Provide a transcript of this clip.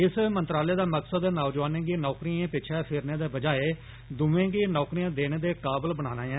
इस मंत्रालय दा मकसद नौजवानें गी नौकरियां पिच्छे फिरने दे बजाय दुए गी नौकरियां देने दे काबिल बनाना ऐ